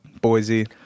Boise